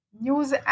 News